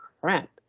crap